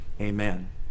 amen